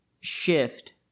Shift